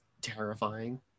terrifying